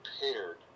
prepared